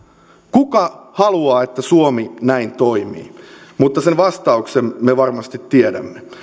kuka haluaa että suomi näin toimii sen vastauksen me varmasti tiedämme